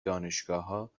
دانشگاهها